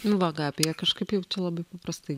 nu va gabija kažkaip jau labai paprastai